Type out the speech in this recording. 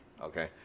Okay